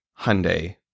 Hyundai